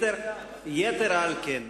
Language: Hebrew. כשהיית חבר כנסת, יתר על כן,